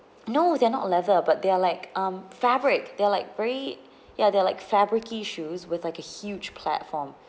no they're not level but they're like um fabric they're like very ya they're like fabric issues with like a huge platform